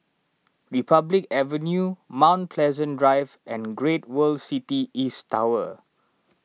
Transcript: Republic Avenue Mount Pleasant Drive and Great World City East Tower